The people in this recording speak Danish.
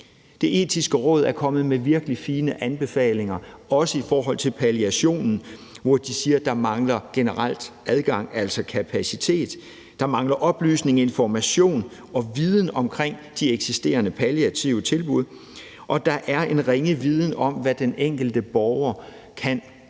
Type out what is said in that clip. Det Etiske Råd er kommet med virkelig fine anbefalinger, også i forhold til palliationen, hvor de siger, at der generelt mangler adgang, altså kapacitet. Der mangler oplysning, information og viden om de eksisterende palliative tilbud, og der er en ringe viden om, hvad den enkelte borger kan beslutte